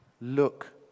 look